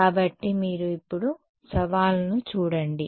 కాబట్టి మీరు ఇప్పుడు సవాలును చూడండి